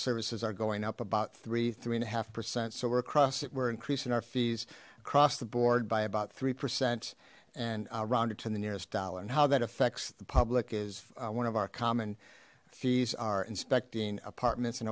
services are going up about three three and a half percent so we're across it we're increasing our fees across the board by about three percent and rounded to the nearest dollar and how that affects the public is one of our common fees are inspecting apartments and